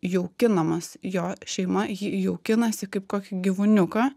jaukinamas jo šeima jį jaukinasi kaip kokį gyvūniuką